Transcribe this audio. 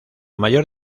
mayor